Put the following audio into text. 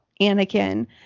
Anakin